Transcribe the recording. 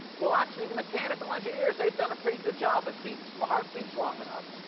well, actually, the mechanical engineers, they've done a pretty good job. it beats the heart beats long enough.